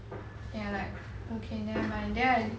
then I like okay nevermind then I